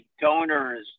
donor's